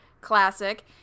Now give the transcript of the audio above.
classic